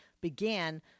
began